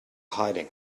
hiding